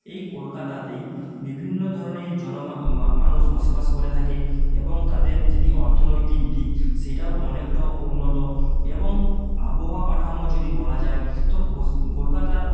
এই কলকাতাতেই বিভিন্ন ধরনের জন মানুষ বসবাস করে থাকে এবং তাদের যদি অর্থনৈতিক দিক সেটাও অনেকটা উন্নত এবং আবহাওয়া কাঠামো যদি বলা যায় তো কলকাতার